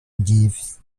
jeeves